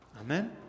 Amen